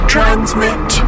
Transmit